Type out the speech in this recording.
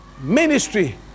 ministry